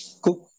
cook